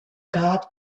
guard